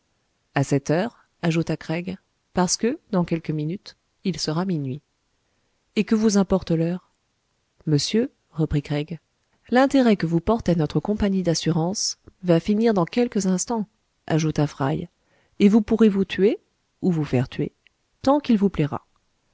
a cette heure ajouta craig parce que dans quelques minutes il sera minuit et que vous importe l'heure monsieur reprit craig l'intérêt que vous portait notre compagnie d'assurances va finir dans quelques instants ajouta fry et vous pourrez vous tuer ou vous faire tuer tant qu'il vous plaira